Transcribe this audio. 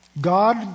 God